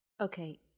Okay